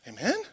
Amen